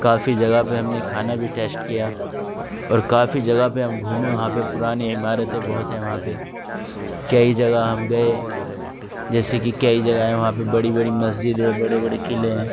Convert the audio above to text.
کافی جگہ پہ ہم نے کھانا بھی ٹیسٹ کیا اور کافی جگہ پہ ہم گھومے وہاں پہ پرانی عمارتیں بہت ہیں وہاں پہ کئی جگہ ہم گئے جیسے کہ کئی جگہیں ہیں وہاں پہ بڑی بڑی مسجد ہے بڑے بڑے قلعے ہیں